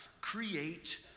create